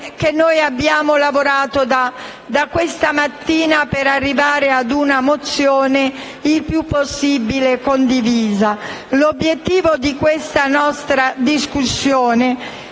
che abbiamo lavorato da questa mattina per arrivare a una mozione il più possibile condivisa. L'obiettivo della nostra discussione